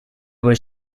was